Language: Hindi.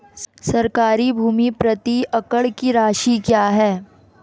सरकारी भूमि प्रति एकड़ की राशि क्या है?